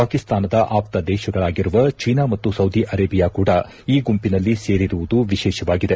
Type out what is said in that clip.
ಪಾಕಿಸ್ತಾನದ ಆಪ್ತ ದೇಶಗಳಾಗಿರುವ ಚೀನಾ ಮತ್ತು ಸೌದಿ ಅರೆಬಿಯಾ ಕೂಡ ಈ ಗುಂಪಿನಲ್ಲಿ ಸೇರಿರುವುದು ವಿಶೇಷವಾಗಿದೆ